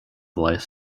life